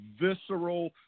visceral